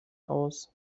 aus